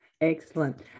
Excellent